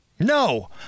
No